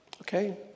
okay